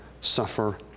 SUFFER